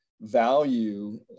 value